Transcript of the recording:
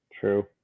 True